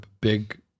big